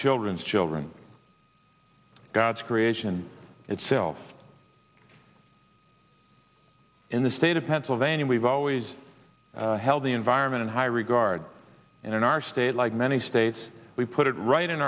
children's children god's creation itself in the state of pennsylvania we've always held the environment in high regard and in our state like many states we put it right in